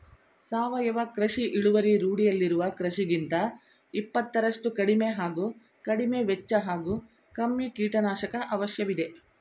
ಸಾವಯವ ಕೃಷಿ ಇಳುವರಿ ರೂಢಿಯಲ್ಲಿರುವ ಕೃಷಿಗಿಂತ ಇಪ್ಪತ್ತರಷ್ಟು ಕಡಿಮೆ ಹಾಗೂ ಕಡಿಮೆವೆಚ್ಚ ಹಾಗೂ ಕಮ್ಮಿ ಕೀಟನಾಶಕ ಅವಶ್ಯವಿದೆ